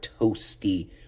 toasty